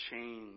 change